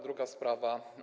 Druga sprawa.